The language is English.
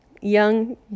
young